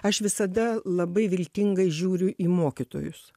aš visada labai viltingai žiūriu į mokytojus